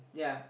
yeah